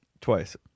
Twice